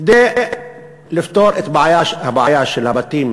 כדי לפתור את הבעיה של הבתים